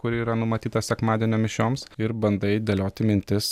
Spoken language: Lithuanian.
kuri yra numatyta sekmadienio mišioms ir bandai dėlioti mintis